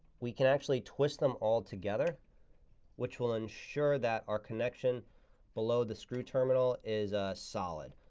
we can actually twist them all together which will ensure that our connection below the screw terminal is solid.